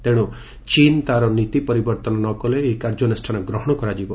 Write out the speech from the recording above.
ତେଣୁ ଚୀନ୍ ତା'ର ନୀତି ପରିବର୍ତ୍ତନ ନ କଲେ ଏହି କାର୍ଯ୍ୟାନୁଷ୍ଠାନ ଗ୍ରହଣ କରାଯିବ